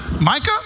Micah